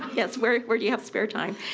yes, where where do you have spare time?